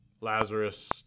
Lazarus